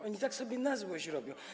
Oni tak sobie na złość robią.